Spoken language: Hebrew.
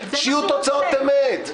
שיהיו תוצאות אמת.